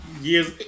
years